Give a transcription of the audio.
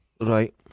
Right